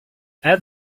add